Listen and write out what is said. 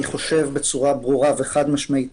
אני חושב בצורה חד משמעית